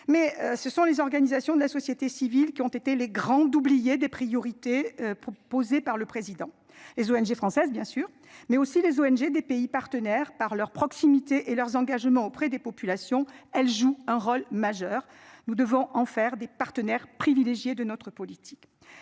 Mais ce sont les organisations de la société civile qui ont été les grandes oubliées des priorités. Proposées par le président. Les ONG françaises bien sûr mais aussi les ONG des pays partenaires par leur proximité et leur engagement auprès des populations, elle joue un rôle majeur. Nous devons en faire des partenaires privilégiés de notre politique.